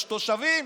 יש תושבים,